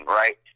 right